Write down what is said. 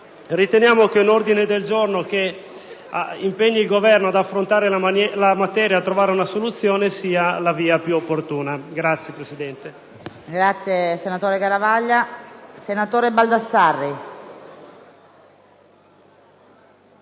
Riteniamo che un ordine del giorno che impegni il Governo ad affrontare la materia e a trovare una soluzione sia la via più opportuna.